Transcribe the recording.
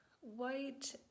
white